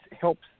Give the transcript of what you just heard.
helps